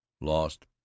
Lost